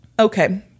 Okay